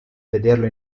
vederlo